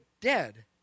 dead